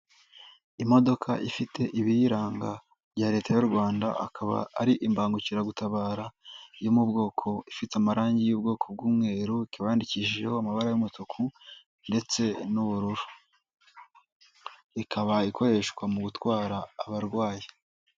Imodoka ifite ibiyiranga bya leta y'u Rwanda, akaba ari imbangukiragutabara yo mu bwoko, ifite amarangi y'ubwoko bw'umweru, ikaba yandikishijeho amabara y'umutuku ndetse n'ubururu. Ikaba ikoreshwa mu gutwara abarwayi.